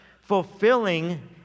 fulfilling